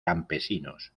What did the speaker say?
campesinos